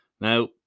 Now